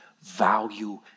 value